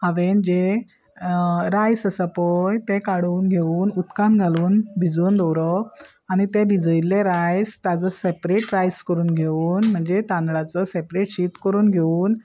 हांवें जें रायस आसा पळय तें काडून घेवन उदकान घालून भिजोवन दवरप आनी ते भिजयल्लें रायस ताजो सेपरेट रायस करून घेवन म्हणजे तांदळाचो सेपरेट शीत करून घेवन